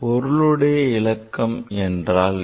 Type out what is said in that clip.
பொருளுடையவிலக்கம் என்றால் என்ன